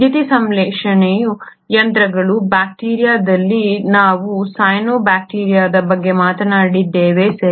ದ್ಯುತಿಸಂಶ್ಲೇಷಣೆಯ ಯಂತ್ರಗಳು ಬ್ಯಾಕ್ಟೀರಿಯಾದಲ್ಲಿ ನಾವು ಸೈನೋಬ್ಯಾಕ್ಟೀರಿಯಾದ ಬಗ್ಗೆ ಮಾತನಾಡಿದ್ದೇವೆ ಸರಿ